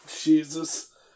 Jesus